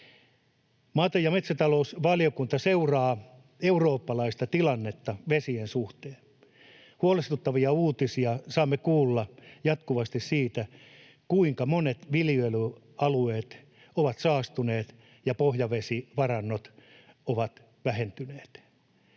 Maa‑ ja metsätalousvaliokunta seuraa eurooppalaista tilannetta vesien suhteen. Huolestuttavia uutisia saamme kuulla jatkuvasti siitä, kuinka monet viljelyalueet ovat saastuneet ja pohjavesivarannot ovat vähentyneet,